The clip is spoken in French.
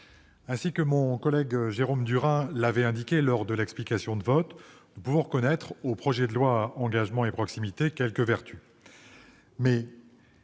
ainsi que mon collègue Jérôme Durain l'avait indiqué lors de son explication de vote en première lecture, nous pouvons reconnaître au projet de loi Engagement et proximité quelques vertus.